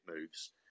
moves